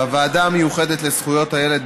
בוועדה המיוחדת לזכויות הילד,